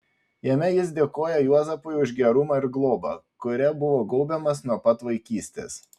jame jis dėkoja juozapui už gerumą ir globą kuria buvo gaubiamas nuo pat vaikystės